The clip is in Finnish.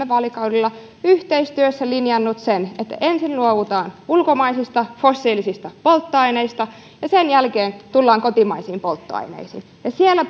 vaalikaudella yhteistyössä linjannut sen että ensin luovutaan ulkomaisista fossiilisista polttoaineista ja sen jälkeen tullaan kotimaisiin polttoaineisiin siellä